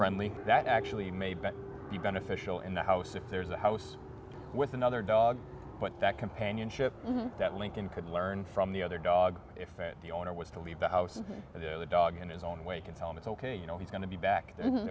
friendly that actually maybe but he beneficial in the house if there's a house with another dog but that companionship that lincoln could learn from the other dog if it the owner was to leave the house and the dog in his own way can tell him it's ok you know he's going to be back